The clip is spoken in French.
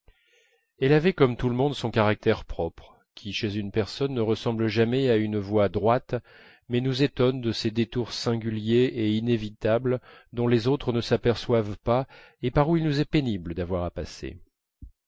elle avait comme tout le monde son caractère propre une personne ne ressemble jamais à une voie droite mais nous étonne de ses détours singuliers et inévitables dont les autres ne s'aperçoivent pas et par où il nous est pénible d'avoir à passer